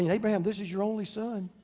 yeah abraham, this is your only son.